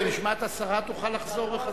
נשמע את השרה, תוכל לחזור.